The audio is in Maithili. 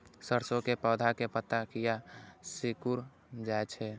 सरसों के पौधा के पत्ता किया सिकुड़ जाय छे?